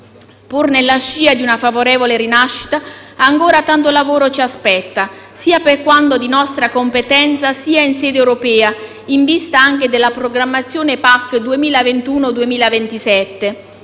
Pur nella scia di una favorevole rinascita, ancora tanto lavoro ci aspetta, sia per quanto di nostra competenza sia in sede europea, in vista anche della programmazione PAC 2021-2027.